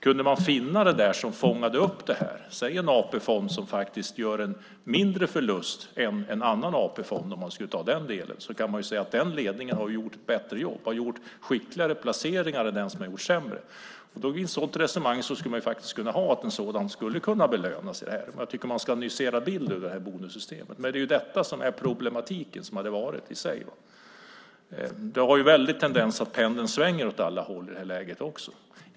Kunde man finna ett resonemang som fångade upp detta - säg till exempel att ledningen för en AP-fond som faktiskt gör en mindre förlust än en annan AP-fond har gjort ett bättre jobb och skickligare placeringar än den som gått sämre - skulle det kunna belönas. Jag tycker att man ska nyansera bilden av bonussystemen. Men det är detta som är problematiken. Tendensen är också att pendeln svänger åt alla håll i det här läget.